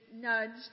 nudged